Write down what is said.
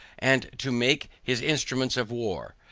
and to make his instruments of war,